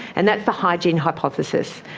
and that's the hygiene hypothesis.